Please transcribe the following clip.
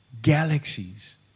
galaxies